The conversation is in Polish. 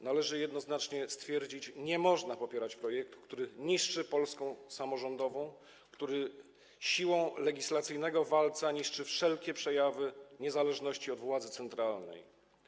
Należy jednoznacznie stwierdzić: nie można popierać projektu, który niszczy Polskę samorządową, który siłą legislacyjnego walca niszczy wszelkie przejawy niezależności od władzy centralnej.